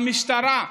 שמשטרה,